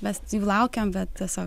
mes laukiam bet tiesiog